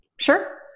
Sure